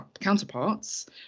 counterparts